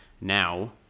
now